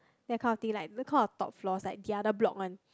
that kind of thing those kind of top floors like the other block one